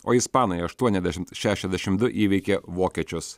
o ispanai aštuoniasdešim šešiasdešim du įveikė vokiečius